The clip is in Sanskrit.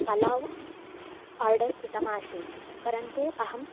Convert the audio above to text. पलाव् आर्डर् कृतमासीत् परन्तु अहम्